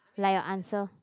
like your answer